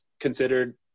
considered